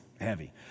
heavy